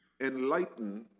enlighten